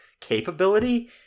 capability